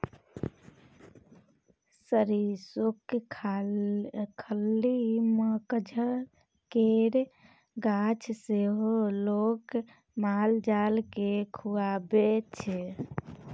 सरिसोक खल्ली, मकझ केर गाछ सेहो लोक माल जाल केँ खुआबै छै